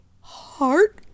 heart